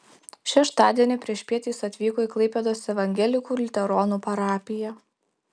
šeštadienį priešpiet jis atvyko į klaipėdos evangelikų liuteronų parapiją